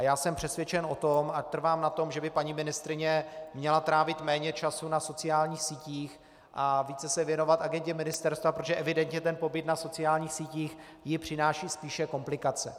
Já jsem přesvědčen o tom a trvám na tom, že by paní ministryně měla trávit méně času na sociálních sítích a více se věnovat agendě ministerstva, protože evidentně ten pobyt na sociálních sítích jí přináší spíše komplikace.